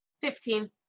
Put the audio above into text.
Fifteen